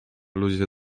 ludzie